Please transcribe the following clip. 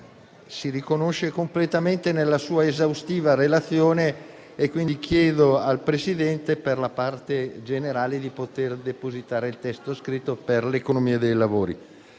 si riconosce completamente nella sua esaustiva relazione. Quindi chiedo al Presidente, per la parte generale, di poter depositare il testo scritto della mia replica,